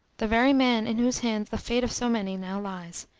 the very man in whose hands the fate of so many now lies,